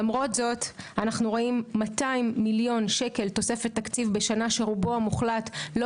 למרות זאת אנו רואים 200 מיליון שקל תוספת תקציב בשנה שרובו המוחלט לא